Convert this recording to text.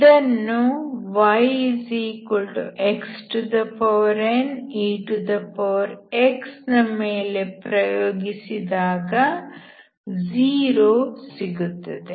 ಇದನ್ನು yxnex ಮೇಲೆ ಪ್ರಯೋಗಿಸಿದಾಗ 0 ಸಿಗುತ್ತದೆ